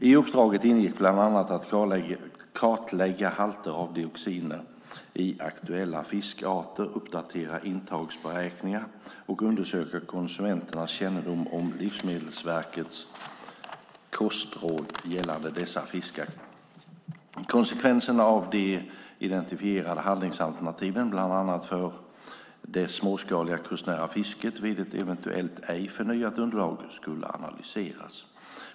I uppdragen ingick bland annat att kartlägga halter av dioxiner i aktuella fiskarter, uppdatera intagsberäkningar och undersöka konsumenternas kännedom om Livsmedelsverkets kostråd gällande dessa fiskar. Konsekvenserna av de identifierade handlingsalternativen, bland annat för det småskaliga kustnära fisket vid ett eventuellt ej förnyat undantag, skulle analyseras.